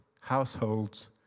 households